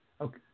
Okay